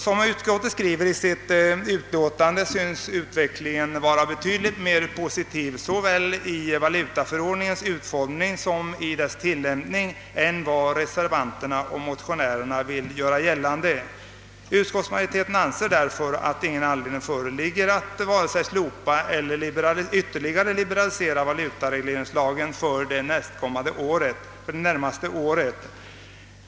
Som utskottet skrivit i sitt utlåtande synes utvecklingen vara betydligt mer positiv såväl i fråga om valutaförordningens utformning som beträffande dess tillämpning än vad reservanterna och motionärerna vill göra gällande, och därför anser utskottsmajoriteten, att det inte finns någon anledning att vare sig slopa eller ytterligare liberalisera valutaregleringslagen för det närmaste året.